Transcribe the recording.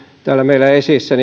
täällä meillä esillä